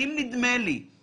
לא מכיר דבר כזה.